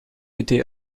été